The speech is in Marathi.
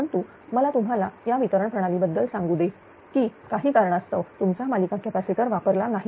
परंतु मला तुम्हाला या वितरण प्रणाली बद्दल सांगू दे की काही कारणास्तव तुमचा मालिका कॅपॅसिटर वापरला नाही